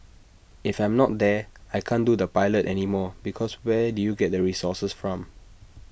if I'm not there I can't do the pilot anymore because where do you get the resources from